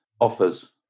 offers